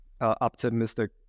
optimistic